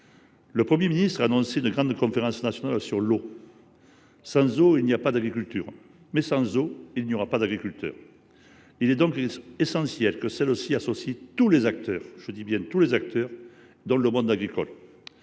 Le Premier ministre a annoncé une grande conférence nationale sur l’eau. Sans eau, il n’y a pas d’agriculture. Sans eau, il n’y aura pas d’agriculteurs. Il est donc essentiel que cette conférence associe tous les acteurs, y compris le monde agricole,